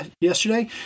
yesterday